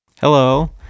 Hello